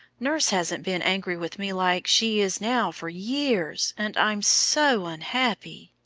nurse hasn't been angry with me like she is now for years, and i'm so unhappy!